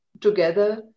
together